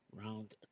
round